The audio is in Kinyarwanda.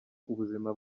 ubuzima